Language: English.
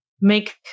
make